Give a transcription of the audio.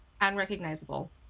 unrecognizable